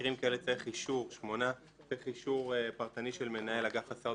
במקרים כאלה צריך אישור פרטני של מנהל אגף הסעות